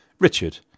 Richard